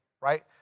Right